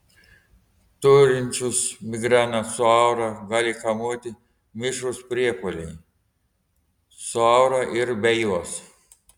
turinčius migreną su aura gali kamuoti mišrūs priepuoliai su aura ir be jos